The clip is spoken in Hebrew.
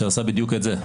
שעשה בדיוק את זה.